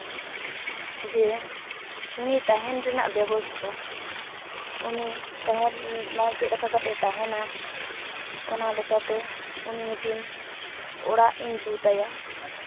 ᱡᱮ ᱩᱱᱤ ᱛᱟᱦᱮᱱ ᱨᱮᱱᱟᱜ ᱵᱮᱵᱚᱥᱛᱟ ᱩᱱᱤ ᱛᱟᱦᱮᱱᱢᱟᱭ ᱪᱮᱫᱞᱮᱠᱟ ᱠᱟᱛᱮᱫᱼᱮ ᱛᱟᱦᱮᱱᱟ ᱚᱱᱟᱞᱮᱠᱟᱛᱮ ᱩᱱᱤ ᱢᱤᱫᱴᱤᱱ ᱚᱲᱟᱜ ᱤᱧ ᱡᱩᱛᱟᱭᱟ